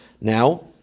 Now